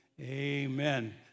amen